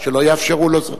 ולא יאפשרו לו זאת.